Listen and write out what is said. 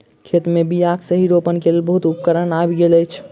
खेत मे बीयाक सही रोपण के लेल बहुत उपकरण आइब गेल अछि